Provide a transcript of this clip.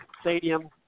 Stadium